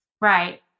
Right